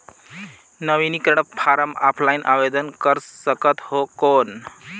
नवीनीकरण form offline आवेदन कर सकत हो कौन?